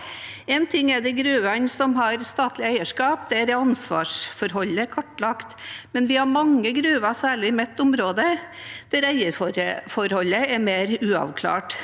gruvene som har statlig eierskap – der er ansvarsforholdet kartlagt – men vi har mange gruver, særlig i mitt område, der eierforholdet er mer uavklart.